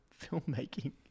filmmaking